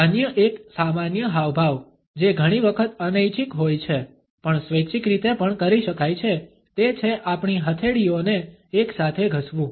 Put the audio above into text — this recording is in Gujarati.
અન્ય એક સામાન્ય હાવભાવ જે ઘણી વખત અનૈચ્છિક હોય છે પણ સ્વૈચ્છિક રીતે પણ કરી શકાય છે તે છે આપણી હથેળીઓને એકસાથે ઘસવું